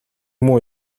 муу